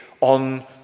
on